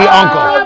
uncle